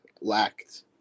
lacked